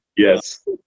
Yes